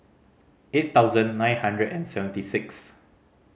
eight thousand nine hundred and seventy sixth